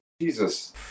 Jesus